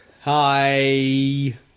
Hi